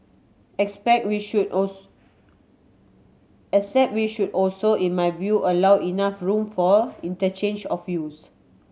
expect we should except we should also in my view allow enough room for interchange of views